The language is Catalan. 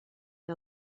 que